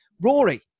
Rory